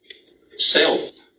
Self